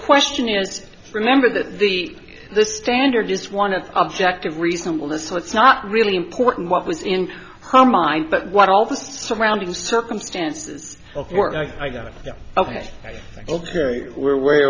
question is remember that the the standard is one of objective reasonableness so it's not really important what was in her mind but what all the surrounding circumstances of work i got out of it ok we're way